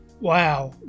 wow